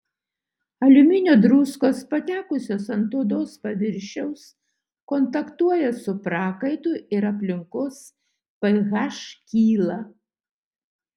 aliuminio druskos patekusios ant odos paviršiaus kontaktuoja su prakaitu ir aplinkos ph kyla